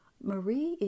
Marie